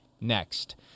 next